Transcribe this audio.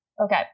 Okay